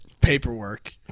Paperwork